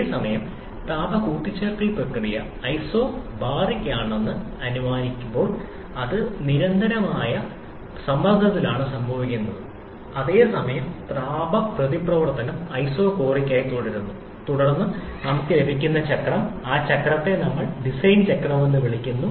അതേസമയം താപ കൂട്ടിച്ചേർക്കൽ പ്രക്രിയ ഐസോബറിക് ആണെന്ന് അനുമാനിക്കുമ്പോൾ അത് നിരന്തരമായ സമ്മർദ്ദത്തിലാണ് സംഭവിക്കുന്നത് അതേസമയം താപ പ്രതിപ്രവർത്തനം ഐസോകോറിക് ആയി തുടരുന്നു തുടർന്ന് നമുക്ക് ലഭിക്കുന്ന ചക്രം ആ ചക്രത്തെ നമ്മൾ ഡിസൈൻ ചക്രം എന്ന് വിളിക്കുന്നു